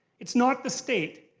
it's not the state,